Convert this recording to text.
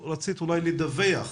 חשוב מאוד לציין שטיפות החלב היו